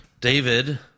David